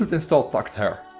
install tucked hair.